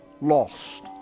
lost